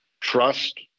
trust